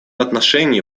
отношении